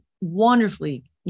wonderfully